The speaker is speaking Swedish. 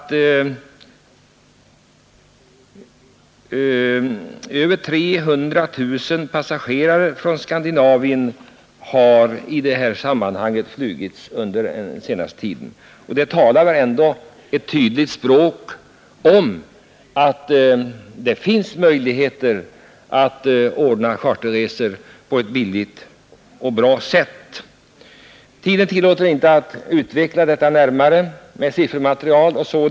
Tiden tillåter inte att närmare utveckla frågan med siffermaterial.